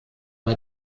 bei